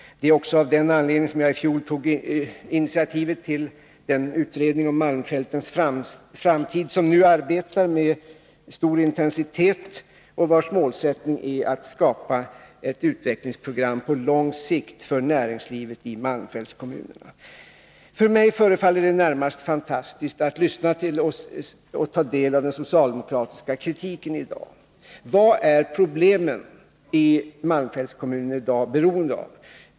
Det är också bakgrunden till att jag i fjol tog initiativet till den utredning om malmfältens framtid som nu arbetar med stor intensitet och vars målsättning är att skapa ett utvecklingsprogram på lång sikt för näringslivet i malmfältskommunerna. För mig förefaller det närmast fantastiskt att lyssna till och ta del av den 1 socialdemokratiska kritiken i dag. Vad är problemen i malmfältskommuner na i dag beroende av?